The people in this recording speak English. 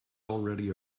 already